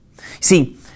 See